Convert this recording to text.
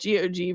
GOG